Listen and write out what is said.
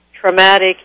traumatic